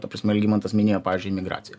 ta prasme algimantas minėjo pavyzdžiui migracija